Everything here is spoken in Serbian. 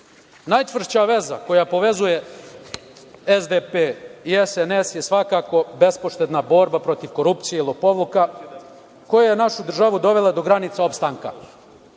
države. Najčvršća veza koja povezuje SDP i SNS je svakako, bespoštedna borba protiv korupcije i lopovluka, koja je našu državu dovela do granica opstanka,